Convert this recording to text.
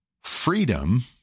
freedom